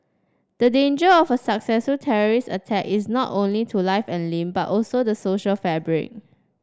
the danger of a successful terrorist attack is not only to life and limb but also the social fabric